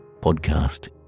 podcast